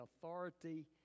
authority